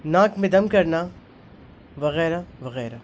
ناک میں دم کرنا وغیرہ وغیرہ